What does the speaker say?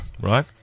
Right